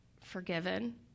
forgiven